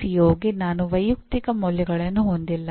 ಸಿಒ1 ನಾನು ವೈಯಕ್ತಿಕ ಮೌಲ್ಯಗಳನ್ನು ಹೊಂದಿಲ್ಲ